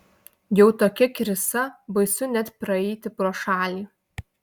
jau tokia krisa baisu net praeiti pro šalį